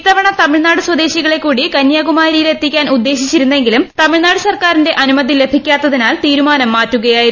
ഇത്തവണ തമിഴ്നാട് സ്വദേശികളെ കൂടി കന്യാകുമാരിയിൽ എത്തിക്കാൻ ഉദ്ദേശിച്ചിരുണെങ്കിലും തമിഴ്നാട് സർക്കാരിന്റെ അനുമതി ലഭിക്കാത്തതിനാൽ തീരുമാനം മാറ്റുകയായിരുന്നു